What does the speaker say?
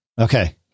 okay